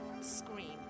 scream